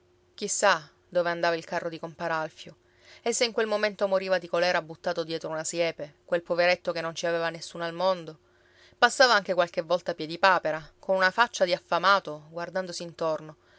chissà dove andava il carro di compar alfio e se in quel momento moriva di colera buttato dietro una siepe quel poveretto che non ci aveva nessuno al mondo passava anche qualche volta piedipapera con una faccia di affamato guardandosi intorno